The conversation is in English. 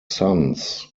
sons